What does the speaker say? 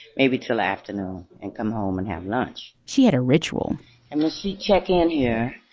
maybe till afternoon and come home and have lunch she had a ritual and she check in here.